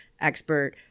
expert